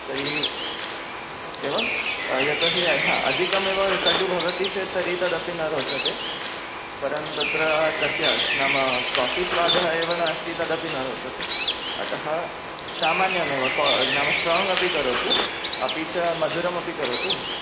तर्हि एवं यतो हि अधिकमेव कटु भवति चेत् तर्हि तदपि न रोचते परं तत्र तस्य नाम काफ़ि स्वादः एव नास्ति तदपि न रोचते अतः सामान्यमेव को नाम स्ट्रोङ्ग् अपि करोतु अपि च मधुरमपि करोतु